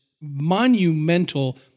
monumental